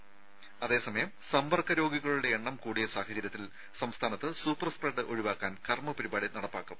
രുര അതേസമയം സമ്പർക്ക രോഗികളുടെ എണ്ണം കൂടിയ സാഹചര്യത്തിൽ സംസ്ഥാനത്ത് സൂപ്പർ സ്പ്രെഡ് ഒഴിവാക്കാൻ കർമ്മ പരിപാടി നടപ്പാക്കും